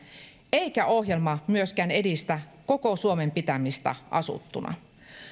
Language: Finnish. eikä ohjelma myöskään edistä koko suomen pitämistä asuttuna